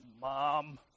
Mom